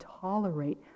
tolerate